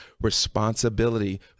responsibility